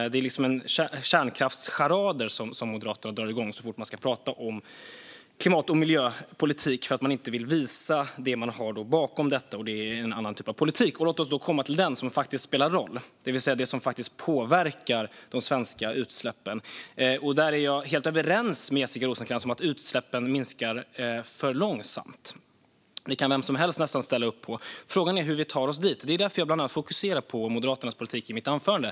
Moderaterna drar igång kärnkraftscharader så fort man ska prata om klimat och miljöpolitik. Man vill inte visa vad man har bakom detta, för det är en annan typ av politik. Låt oss då komma till den politik som faktiskt spelar roll, som faktiskt påverkar de svenska utsläppen. Jag är helt överens med Jessica Rosencrantz om att utsläppen minskar för långsamt. Det kan nästan vem som helst ställa upp på. Frågan är hur vi tar oss till målet. Det var därför jag bland annat fokuserade på Moderaternas politik i mitt anförande.